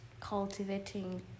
cultivating